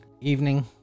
evening